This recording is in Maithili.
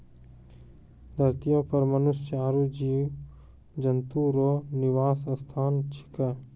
धरतीये पर मनुष्य आरु जीव जन्तु रो निवास स्थान छिकै